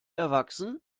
erwachsen